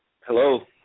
Hello